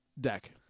deck